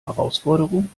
herausforderung